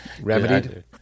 remedied